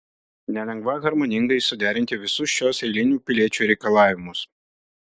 nelengva harmoningai suderinti visus šiuos eilinių piliečių reikalavimus